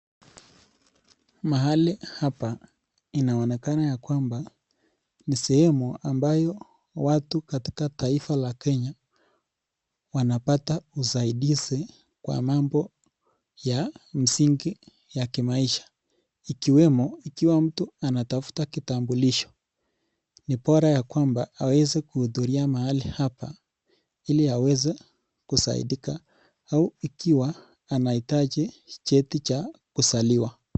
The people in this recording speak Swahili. Mahali hapa inaonekana ni sehemu ambayo watu katika taifa la kenya wanapata usaidizi kwa mambo ya msingi ya kimaisha ikiwemo ikiwa mtu anatafuta kitambulisho ni bora ya kwamba aweze kuhudhuria mahali hapa ili aweze kusaidika au ikiwa anahitaji cheti cha kuzaliwa.